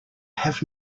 have